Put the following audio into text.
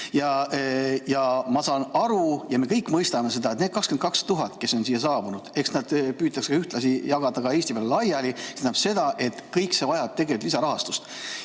Ja ma saan aru ja me kõik mõistame seda, et need 22 000, kes on siia saabunud, püütakse ühtlasi jagada ka Eesti peale laiali. See tähendab seda, et kõik see vajab tegelikult lisarahastust.